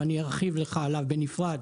ואני ארחיב לך עליו בנפרד,